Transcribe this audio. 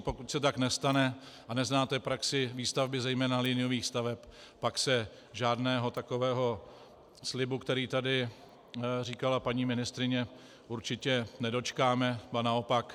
Pokud se tak nestane, a neznáte praxi výstavby zejména liniových staveb, pak se žádného takového slibu, který tady říkala paní ministryně, určitě nedočkáme, ba naopak.